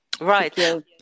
right